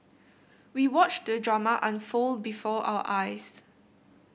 we watched the drama unfold before our eyes